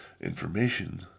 Information